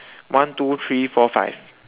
one two three four five